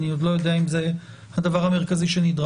אני עוד לא יודע אם זה הדבר המרכזי שנדרש.